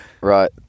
right